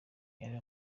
yari